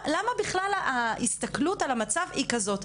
למה בכלל ההסתכלות על המצב היא כזאת?